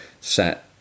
set